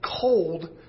cold